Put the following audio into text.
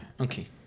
okay